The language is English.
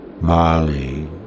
Molly